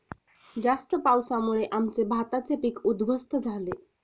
जास्त पावसामुळे आमचे भाताचे पीक उध्वस्त झाले